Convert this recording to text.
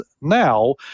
now